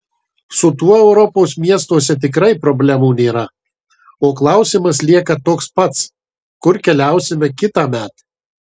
su tuo europos miestuose tikrai problemų nėra o klausimas lieka toks pats kur keliausime kitąmet